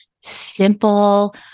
simple